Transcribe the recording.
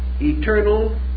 eternal